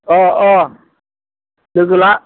अ अ लोगो ला